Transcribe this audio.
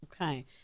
Okay